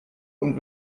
und